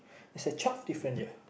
its a twelve different year